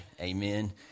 Amen